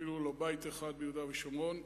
אפילו בית אחד ביהודה ושומרון,